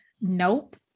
Nope